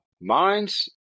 Mine's